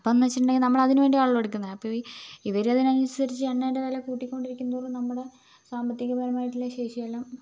അപ്പോഴെന്ന് വെച്ചിട്ടുണ്ടെങ്കില് നമ്മള് അതിന് വേണ്ടിയാണല്ലോ എടുക്കുന്നത് അപ്പോൾ ഇവ ഇവരതിനനുസരിച്ച് എണ്ണയുടെ വില കൂട്ടികൊണ്ടിരിക്കുംതോറും നമ്മുടെ സാമ്പത്തികപരമായിട്ടുള്ള ശേഷി എല്ലാം